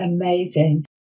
amazing